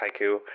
haiku